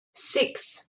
six